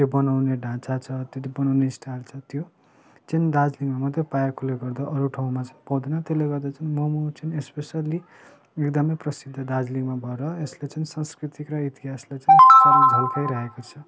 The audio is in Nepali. त्यो बनाउने ढाँचा छ त्यो बनाउने स्टायल छ त्यो चाहिँ दार्जिलिङमा मात्र पाएकोले गर्दा अरू ठाउँमा चाहिँ पाउँदैन त्यसले गर्दा चाहिँ मोमो चाहिँन स्पेसल्ली एकदमै प्रसिद्ध दार्जिलिङमा भएर यसले चाहिँ सांस्कृतिक र इतिहासलाई चाहिँ झल्काइरहेको छ